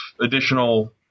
additional